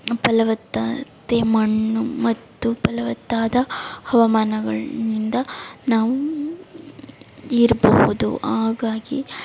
ಫಲವತ್ತತೆ ಮಣ್ಣು ಮತ್ತು ಫಲವತ್ತಾದ ಹವಾಮಾನಗಳಿಂದ ನಾವು ಇರಬಹುದು ಹಾಗಾಗಿ